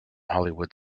hollywood